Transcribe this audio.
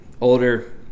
older